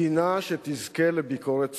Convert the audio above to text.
דינה שתזכה לביקורת צולבת.